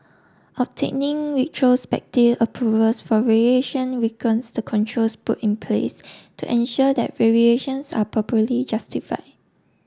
obtaining retrospective approvals for variation weakens the controls put in place to ensure that variations are properly justify